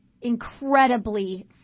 incredibly